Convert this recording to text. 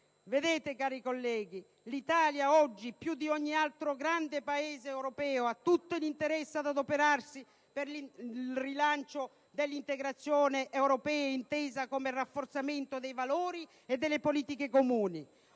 Vedete, colleghi, l'Italia oggi più di ogni altro grande Paese europeo ha tutto l'interesse ad adoperarsi per il rilancio dell'integrazione europea intesa come rafforzamento dei valori e delle politiche comuni.